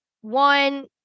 one